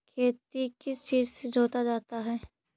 खेती किस चीज से जोता जाता है?